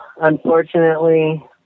unfortunately